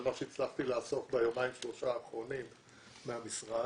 זה מה שהצלחתי לאסוף ביומיים-שלושה האחרונים מהמשרד.